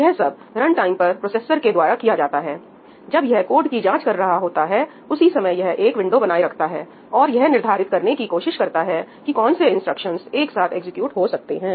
यह सब रनटाइम पर प्रोसेसर् के द्वारा किया जाता है जब यह कोड की जांच कर रहा होता है उसी समय यह एक विंडो बनाए रखता है और यह निर्धारित करने की कोशिश करता है कि कौन से इंस्ट्रक्शंस एक साथ एग्जीक्यूट हो सकते हैं